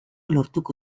lortuko